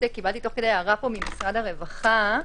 קיבלתי תוך כדי הערה ממשרד הרווחה,